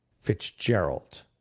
Fitzgerald